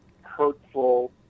hurtful